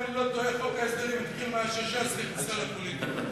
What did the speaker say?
אם אני לא טועה חוק ההסדרים נכנס מאז שש"ס נכנסה לפוליטיקה.